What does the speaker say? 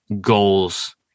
goals